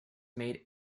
made